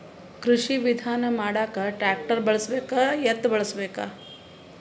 ಕೃಷಿ ವಿಧಾನ ಮಾಡಾಕ ಟ್ಟ್ರ್ಯಾಕ್ಟರ್ ಬಳಸಬೇಕ, ಎತ್ತು ಬಳಸಬೇಕ?